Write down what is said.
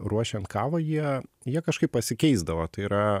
ruošiant kavą jie jie kažkaip pasikeisdavo tai yra